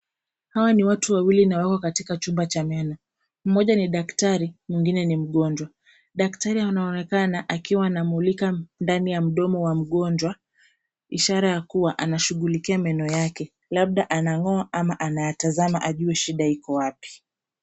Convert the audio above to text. Hawa ni watu wawili na wako katika chumba cha meno. Mmoja ni daktari mwingine ni mgonjwa. Daktari anaonekana akiwa anamulika ndani ya mdomo wa mgonjwa, ishara ya kuwa anashughulikia meno yake . Labda anangoa ama anatazama ajue shida iko wapi.